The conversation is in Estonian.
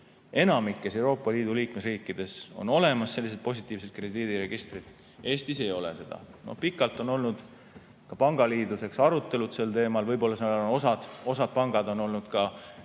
Enamikus Euroopa Liidu liikmesriikides on olemas sellised positiivsed krediidiregistrid, Eestis ei ole seda. Pikalt on olnud ka pangaliidus arutelud sel teemal. Osa panku on olnud ka